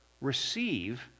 receive